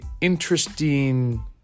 interesting